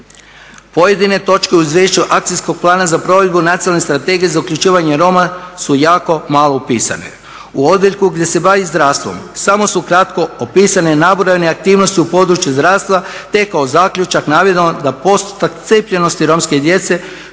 Pojedine točke u izvješću akcijskog plana za provedbu Nacionalne strategije za uključivanje Roma su jako malo upisane. U odjeljku gdje se bavi zdravstvom samo su kratko opisane i nabrojane aktivnosti u području zdravstva, te je kao zaključak navedeno da postotak cijepljenosti romske djece